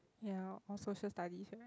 ya or social studies right